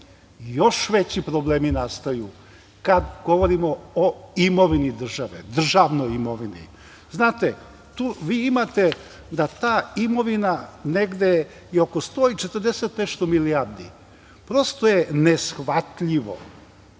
veći problemi nastaju kad govorimo o imovini države, državnoj imovini. Znate, vi imate da ta imovina negde je oko 100 i 40 i nešto milijardi. Prosto je neshvatljivo